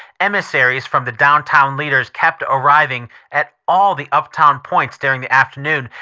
emissaries from the downtown leaders kept arriving at all the uptown points during the afternoon,